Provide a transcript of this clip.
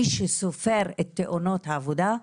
מי שסופר את תאונות העבודה,